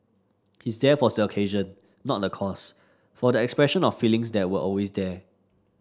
his death was the occasion not the cause for the expression of feelings that were always there